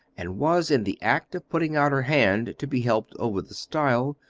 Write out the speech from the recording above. and was in the act of putting out her hand to be helped over the stile,